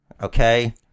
Okay